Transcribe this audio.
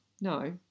No